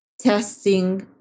testing